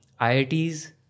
IITs